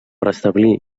restablir